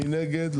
מי נגד?